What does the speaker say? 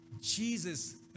Jesus